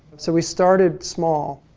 so, we started small.